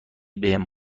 بهم